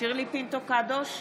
שירלי פינטו קדוש,